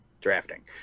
Drafting